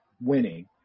winning